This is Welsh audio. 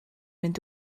mynd